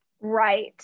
Right